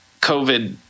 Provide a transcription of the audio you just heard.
COVID